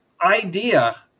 idea